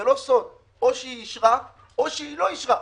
זה לא סוד או שהיא אישרה או שהיא לא אישרה.